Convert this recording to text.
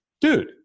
dude